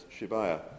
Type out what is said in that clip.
Shibaya